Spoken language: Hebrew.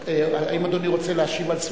האם אדוני רוצה להשיב על סוסיא?